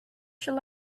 shall